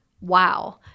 Wow